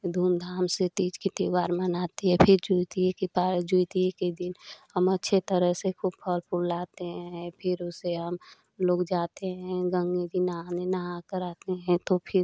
धूमधाम से तीज के त्योहार मनाती है फिर जितिया के पार जितिया के दिन हम अच्छे तरह से खूब फल फूल लाते हैं फिर उसे हम लोग जाते हैं गंगे के नहाने नहा कर आते हैं तो फिर